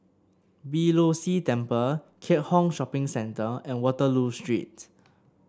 Beeh Low See Temple Keat Hong Shopping Centre and Waterloo Street